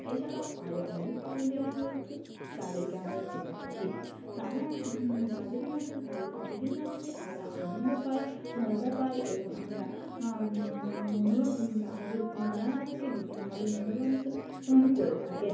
এছাড়াও আরও অনেক কমেডিয়ান রয়েছে যাদেরকে আমরা চিনে থাকি তারা তাদের মাধ্যম তাদের কমেডির মাধ্যমে আমরা আনন্দ পাই মজা পাই এবং আমরা মন মনো আমাদের তারা আমাদেরকে বিভিন্নভাবে মনোরঞ্জন অন করে থাকেন